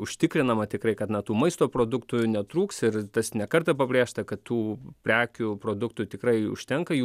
užtikrinama tikrai kad na tų maisto produktų netrūks ir tas ne kartą pabrėžta kad tų prekių produktų tikrai užtenka jų